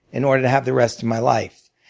in order to have the rest of my life.